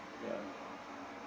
ya